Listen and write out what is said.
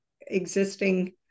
existing